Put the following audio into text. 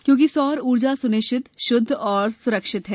क्योंकि सौर ऊर्जा सुनिश्चित शुद्ध और सुरक्षित हैं